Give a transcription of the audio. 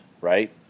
right